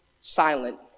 silent